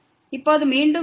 இப்போது மீண்டும் இல்லை